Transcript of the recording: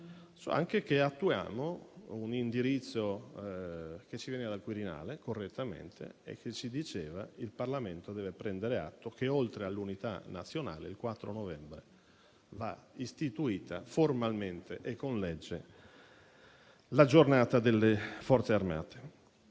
proclama, attuiamo un indirizzo che ci viene dal Quirinale, correttamente, che ci diceva che il Parlamento deve prendere atto che, oltre all'Unità nazionale, il 4 novembre va istituito, formalmente e con legge, come giornata delle Forze armate.